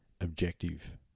objective